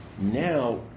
Now